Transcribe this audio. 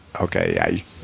Okay